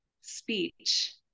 speech